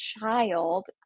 child